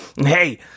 hey